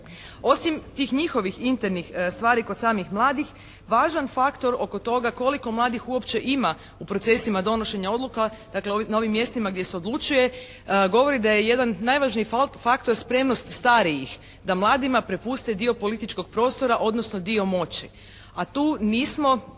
Osim tih njihovih internih stvari kod samih mladih važan faktor oko toga koliko mladih uopće ima u procesima donošenja odluka dakle na ovim mjestima gdje se odlučuje govori da je jedan najvažniji faktor spremnost starijih da mladima prepuste dio političkog prostora odnosno dio moći. A tu nismo,